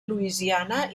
louisiana